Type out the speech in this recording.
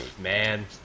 man